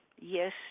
Yes